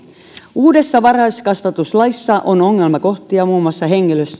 uudessa varhaiskasvatuslaissa on ongelmakohtia muun muassa